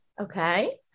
Okay